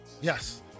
yes